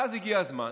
ואז הגיע הזמן